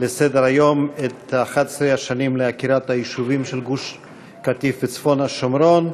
לסדר-היום 11 שנים לעקירת היישובים של גוש-קטיף וצפון השומרון,